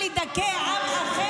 על מה?